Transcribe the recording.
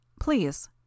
Please